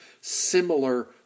similar